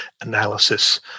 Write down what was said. analysis